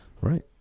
Right